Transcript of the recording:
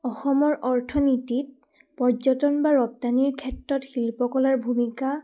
অসমৰ অৰ্থনীতিত পৰ্যটন বা ৰপ্তানিৰ ক্ষেত্ৰত শিল্পকলাৰ ভূমিকা